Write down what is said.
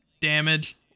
damage